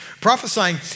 Prophesying